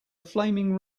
flaming